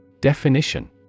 Definition